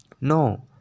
No